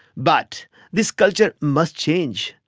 but this culture must change.